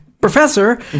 Professor